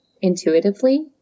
intuitively